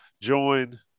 join